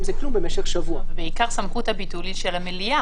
בהרבה מאוד הוראות כתוב: יו"ר הכנסת יכנס.